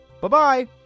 Bye-bye